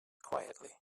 quietly